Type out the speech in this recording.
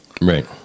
right